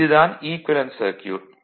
இது தான் equivalent circuit